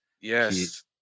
Yes